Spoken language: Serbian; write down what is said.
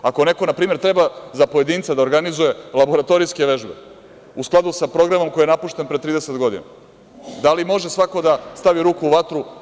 Ako neko npr. treba za pojedinca da organizuje laboratorijske vežbe, u skladu sa programom koji je napušten pre 30 godina, da li može svako da stavi ruku u vatru?